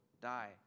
die